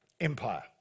empire